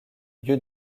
lieu